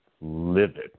livid